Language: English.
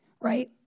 Right